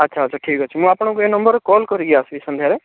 ଆଚ୍ଛା ଆଚ୍ଛା ଠିକ୍ ଅଛି ମୁଁ ଆପଣଙ୍କୁ ଏଇ ନମ୍ବରରେ କଲ୍ କରିକି ଆସିବି ସନ୍ଧ୍ୟାବେଳେ